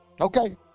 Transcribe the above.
Okay